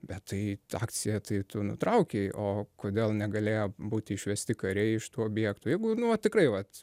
bet tai akciją tai tu nutraukei o kodėl negalėjo būti išvesti kariai iš tų objektų jeigu nu va tikrai vat